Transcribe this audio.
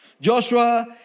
Joshua